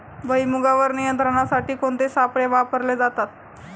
भुईमुगावर नियंत्रणासाठी कोणते सापळे वापरले जातात?